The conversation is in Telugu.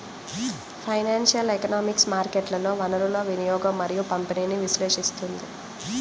ఫైనాన్షియల్ ఎకనామిక్స్ మార్కెట్లలో వనరుల వినియోగం మరియు పంపిణీని విశ్లేషిస్తుంది